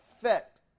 effect